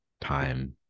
time